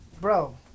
Bro